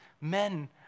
men